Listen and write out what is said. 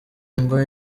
ngo